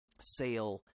sale